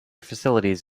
facilities